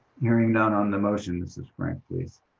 hearing none on the motion, ms. frank, please.